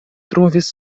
trovis